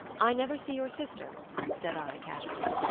i never see your sister said i casually.